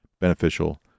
beneficial